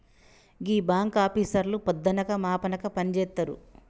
గీ బాంకాపీసర్లు పొద్దనక మాపనక పనిజేత్తరు